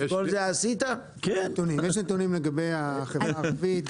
יש נתונים לגבי החברה הערבית.